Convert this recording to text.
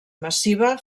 massiva